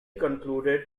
concluded